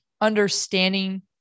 understanding